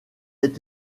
est